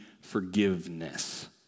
forgiveness